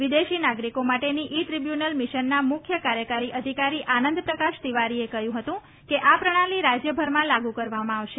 વિદેશી નાગરિકો માટેની ઇ ટ્રીબ્યુનલ મિશનના મુખ્ય કાર્યકારી અધિકારી આનંદ પ્રકાશ તિવારીએ કહ્યું હતું કે આ પ્રણાલી રાજ્યભરમાં લાગુ કરવામાં આવશે